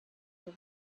her